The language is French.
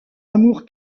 amour